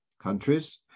countries